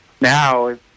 now